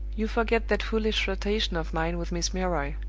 you forget that foolish flirtation of mine with miss milroy,